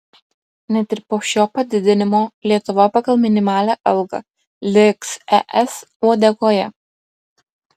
net ir po šio padidinimo lietuva pagal minimalią algą liks es uodegoje